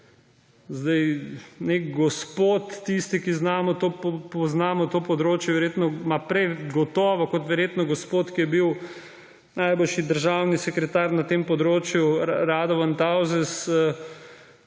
Nek gospod – tisti, ki poznamo to področje – prej gotovo kot verjetno gospod, ki je bil najboljši državni sekretar na tem področju, Radovan Tavzes,